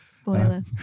Spoiler